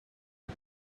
are